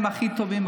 הם הכי טובים,